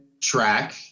track